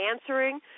answering